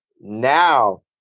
Now